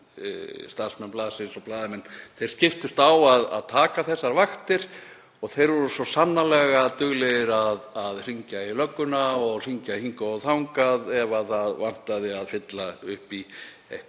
Starfsmenn blaðsins og blaðamenn skiptust á að taka þessar vaktir og þeir voru svo sannarlega duglegir að hringja í lögguna og hringja hingað og þangað ef það vantaði að fylla upp í eitthvert